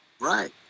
Right